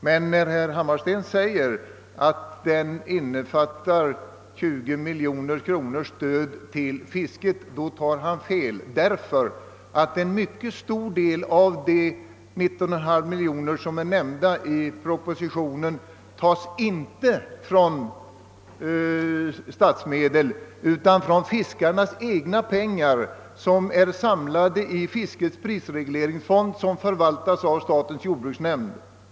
Men när herr Hammarsten säger att den innefattar ett stöd på 20 miljoner till fisket tar han fel, ty en mycket stor del av de 19,5 miljoner som nämns i propositionen tas inte av statsmedel utan av fiskarnas egna pengar som samlats i fiskets prisregleringsfond, vilken förvaltas av statens jordbruksnämnd.